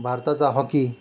भारताचा हॉकी